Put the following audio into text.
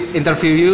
interview